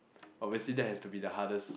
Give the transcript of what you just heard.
obviously that has to be the hardest